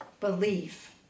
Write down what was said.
belief